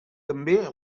també